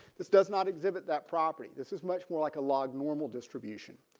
this does not exhibit that property. this is much more like a log normal distribution.